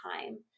time